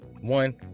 One